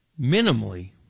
minimally